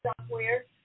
software